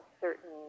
certain